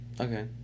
Okay